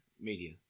media